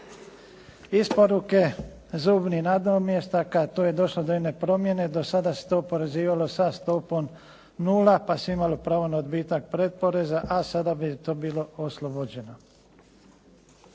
Isporuke zubnih nadomjestaka, to je došlo do jedne promjene, do sada se to oporezivalo sa stopom nula, pa se imalo pravo na odbitak predporeza a sada bi to bilo oslobođeno.